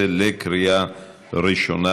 בקריאה ראשונה.